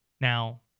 Now